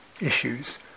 issues